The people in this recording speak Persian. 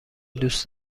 دوست